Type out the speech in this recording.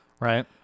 right